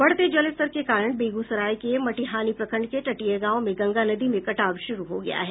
बढ़ते जलस्तर के कारण बेगूसराय के मटिहानी प्रखंड के तटीय गांव में गंगा नदी में कटाव श्रू हो गया है